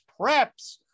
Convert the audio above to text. preps